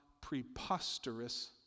preposterous